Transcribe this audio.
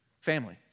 family